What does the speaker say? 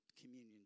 communion